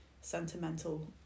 sentimental